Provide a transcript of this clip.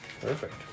Perfect